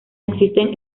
existen